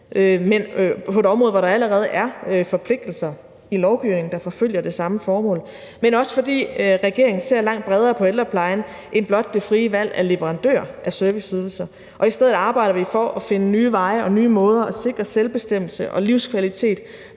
på et område, hvor der allerede er forpligtelser i lovgivningen, der forfølger det samme formål, men også fordi regeringen ser langt bredere på ældreplejen end blot det frie valg af leverandører af serviceydelser. Vi arbejder i stedet for at finde nye veje og nye måder at sikre selvbestemmelse og livskvalitet